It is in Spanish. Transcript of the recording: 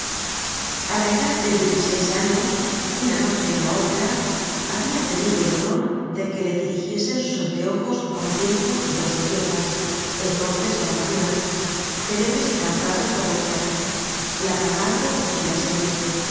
a la edad de diez y seis años una noche en la ópera habia tenido el honor de que le dirigiesen sus anteojos á un tiempo dos bellezas entonces ya maduras célebres y cantadas por voltaire la camargo y la sallé